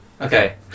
Okay